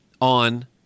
on